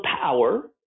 power